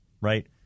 right